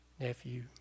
nephew